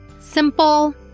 simple